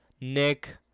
nick